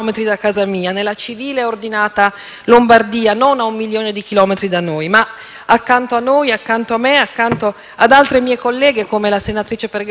accanto a noi, accanto a me, accanto ad altre mie colleghe come la senatrice Pergreffi, come la senatrice Pirovano, e forse per questo lo sento ancora più forte.